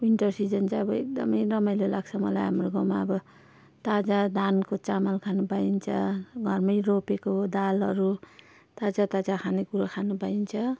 winter season चाहिँ एकदमै रमाइलो लाग्छ मलाई हाम्रो गाउँमा अब ताजा धानको चामल खानु पाइन्छ घरमै रोपेको दालहरू ताजा ताजा खानेकुरो खानु पाइन्छ